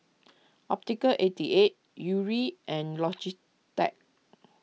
Optical eighty eight Yuri and Logitech